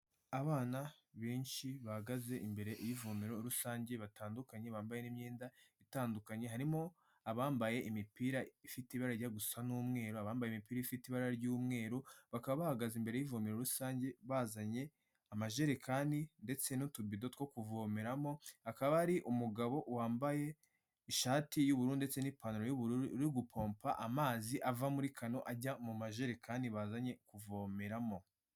Abana benshi bahagaze imbere y'ivomero rusange batandukanye bambaye n imyenda itandukanye harimo abambaye imipira ifite ibara rijya gusa n'umweru bambaye imipira ifite ibara ry'umweru bakaba bahagaze imbere y'ivomero rusange bazanye amajerekani ndetse n'utubindo two kuvomeramo akaba ari umugabo wambaye ishati y'ubururu ndetse n'ipantaro y'ubururu uri gupompa amazi ava muri kano ajya mu majerekani bazanye kuvomeramo.